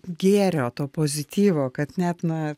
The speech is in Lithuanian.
gėrio to pozityvo kad net na